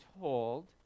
told